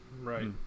Right